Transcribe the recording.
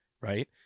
right